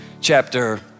chapter